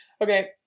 Okay